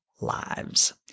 lives